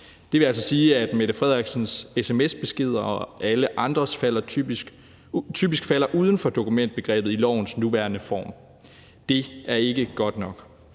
Det vil altså sige, at statsministerens sms-beskeder og alle andres typisk falder uden for dokumentbegrebet i lovens nuværende form. Det er ikke godt nok,